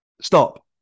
Stop